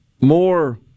more